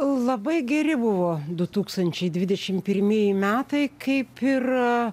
labai geri buvo du tūkstančiai dvidešim pirmieji metai kaip ir